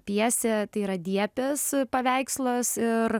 pjesė tai yra diepės paveikslas ir